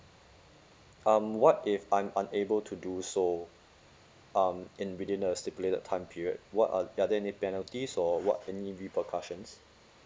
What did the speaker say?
um what if I'm unable to do so um in within the stipulated time period what are are there any penalties or what any repercussions